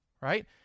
right